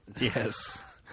Yes